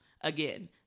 again